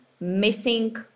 missing